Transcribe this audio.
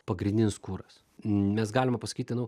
pagrindinis kuras mes galima pasakyti nu